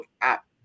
app